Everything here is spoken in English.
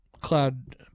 Cloud